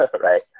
right